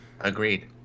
Agreed